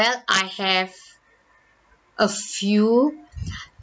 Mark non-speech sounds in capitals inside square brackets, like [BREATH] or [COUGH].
well I have a few [BREATH]